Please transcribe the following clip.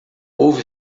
houve